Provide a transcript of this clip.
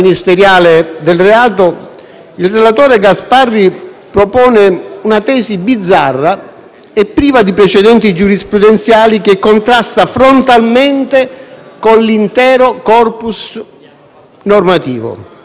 e priva di precedenti giurisprudenziali, che contrasta frontalmente con l'intero *corpus* normativo. Perché un reato possa qualificarsi come ministeriale devono verificarsi due circostanze: